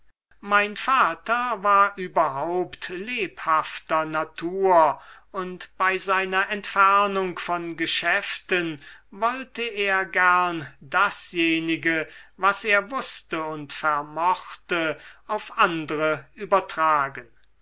mein vater war überhaupt lehrhafter natur und bei seiner entfernung von geschäften wollte er gern dasjenige was er wußte und vermochte auf andre übertragen